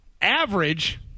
average